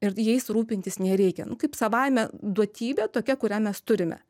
ir jais rūpintis nereikianu kaip savaime duotybė tokia kurią mes turime